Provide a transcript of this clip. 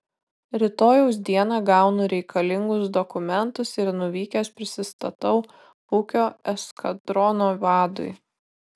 rytojaus dieną gaunu reikalingus dokumentus ir nuvykęs prisistatau ūkio eskadrono vadui